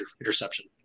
Interception